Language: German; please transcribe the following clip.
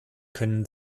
können